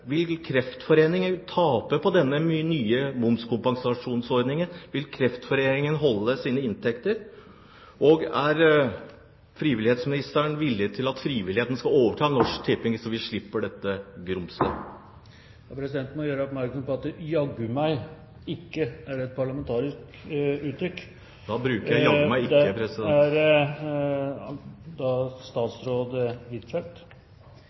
Vil Kreftforeningen tape på denne nye momskompensasjonsordningen? Vil Kreftforeningen beholde sine inntekter? Og: Er frivillighetsministeren villig til å se på om frivilligheten kan overta Norsk Tipping, så vi slipper dette grumset? Presidenten vil gjøre oppmerksom på at «jaggu meg» ikke er et parlamentarisk uttrykk.